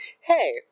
hey